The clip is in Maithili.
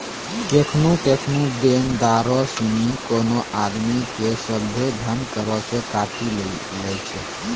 केखनु केखनु देनदारो सिनी कोनो आदमी के सभ्भे धन करो से काटी लै छै